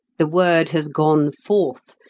the word has gone forth,